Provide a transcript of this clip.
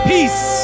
Peace